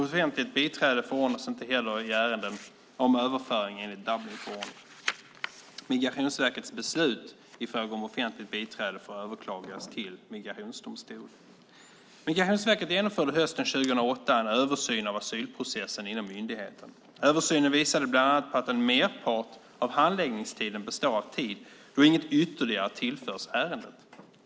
Offentligt biträde förordnas inte heller i ärenden om överföring enligt Dublinförordningen. Migrationsverkets beslut i fråga om offentligt biträde får överklagas till migrationsdomstol. Migrationsverket genomförde hösten 2008 en översyn av asylprocessen inom myndigheten. Översynen visade bland annat på att en merpart av handläggningstiden består av tid då inget ytterligare tillförs ärendet.